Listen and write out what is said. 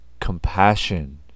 compassion